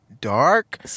dark